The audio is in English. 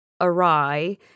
awry